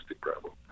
problem